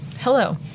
hello